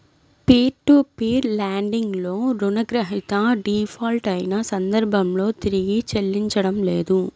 peer to peer lending లో రుణగ్రహీత default అయిన సందర్భంలో తిరిగి చెల్లించడం లేదు